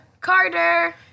carter